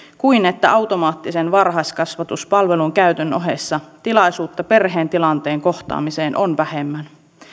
kuin että automaattisen varhaiskasvatuspalvelun käytön ohessa tilaisuuksia perheen tilanteen kohtaamiseen on vähemmän